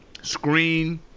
screen